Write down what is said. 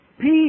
peace